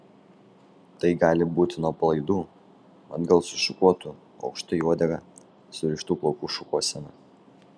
tai gali būti nuo palaidų atgal sušukuotų aukštai į uodegą surištų plaukų šukuosena